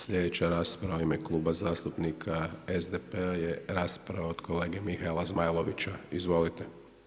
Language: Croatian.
Slijedeća rasprava u ime Kluba zastupnika SDP-a je rasprava od kolege Mihaela Zmajlovića, izvolite.